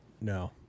no